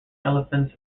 elephants